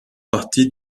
partie